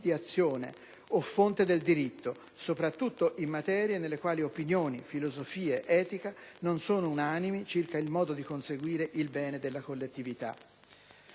di azione o fonte del diritto, soprattutto in materie nelle quali opinioni, filosofie, etica non sono unanimi circa il modo di conseguire il bene della collettività.